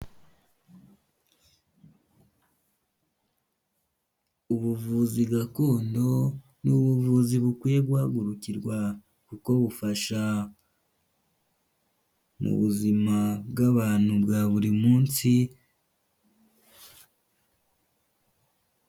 Ubuvuzi gakondo ni ubuvuzi bukwiye guhagurukirwa kuko bufasha mu buzima bw'abantu bwa buri munsi.